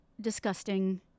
disgusting